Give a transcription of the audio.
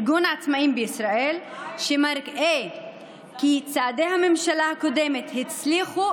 ארגון העצמאים בישראל כי צעדי הממשלה הקודמת הצליחו